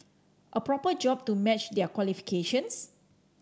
a proper job to match their qualifications